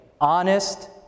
Honest